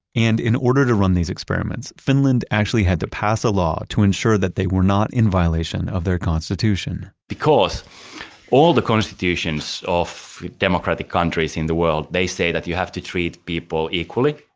and in order to run these experiments, finland actually had to pass a law to ensure that they were not in violation of their constitution because all the constitutions of democratic countries in the world, they say that you have to treat people equally.